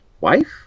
wife